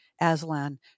Aslan